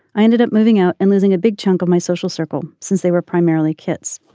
i ended up moving out and losing a big chunk of my social circle since they were primarily kids.